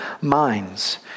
minds